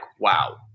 wow